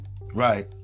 right